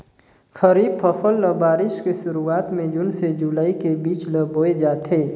खरीफ फसल ल बारिश के शुरुआत में जून से जुलाई के बीच ल बोए जाथे